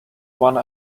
one